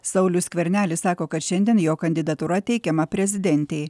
saulius skvernelis sako kad šiandien jo kandidatūra teikiama prezidentei